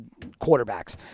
quarterbacks